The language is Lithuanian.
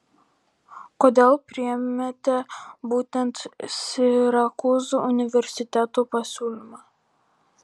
kodėl priėmėte būtent sirakūzų universiteto pasiūlymą